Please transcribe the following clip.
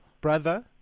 brother